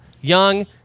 young